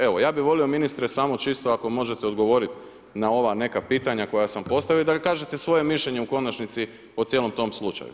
Evo, ja bih volio ministre, samo čisto ako možete odgovoriti na ova neka pitanja koja sam postavio, da kažete svoje mišljenje u konačnici o cijelom tom slučaju.